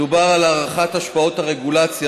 מדובר על הערכת השפעות הרגולציה,